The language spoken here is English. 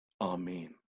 Amen